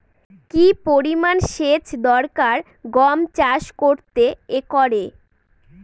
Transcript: কি পরিমান সেচ দরকার গম চাষ করতে একরে?